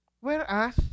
Whereas